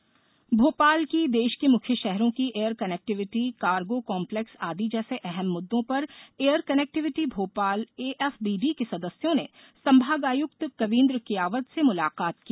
air connectivity Bhopal की देश के मुख्य शहरों की एयर कनेक्टिविटी कार्गो काम्प्लेक्स आदि जैसे अहम मुद्दों पर एयर कनेक्टिविटी भोपाल एएफबीडी के सदस्यों ने संभागायुक्त कवींद्र कियावत से मुलाकात की